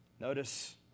Notice